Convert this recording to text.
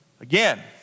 Again